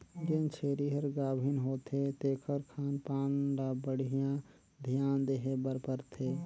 जेन छेरी हर गाभिन होथे तेखर खान पान ल बड़िहा धियान देहे बर परथे